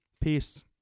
peace